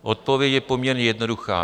Odpověď je poměrně jednoduchá.